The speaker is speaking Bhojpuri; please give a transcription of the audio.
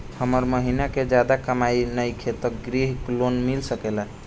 हमर महीना के ज्यादा कमाई नईखे त ग्रिहऽ लोन मिल सकेला?